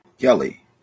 Kelly